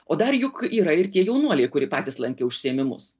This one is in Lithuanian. o dar juk yra ir tie jaunuoliai kurie patys lankė užsiėmimus